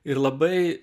ir labai